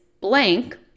blank